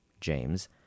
James